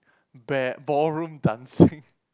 ba~ ballroom dancing